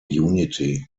unity